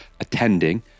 attending